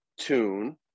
tune